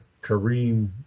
Kareem